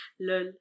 Lol